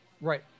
Right